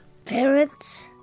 Parents